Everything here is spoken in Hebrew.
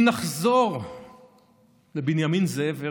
אם נחזור לבנימין זאב הרצל,